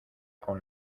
con